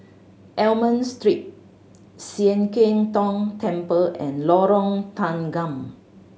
Almond Street Sian Keng Tong Temple and Lorong Tanggam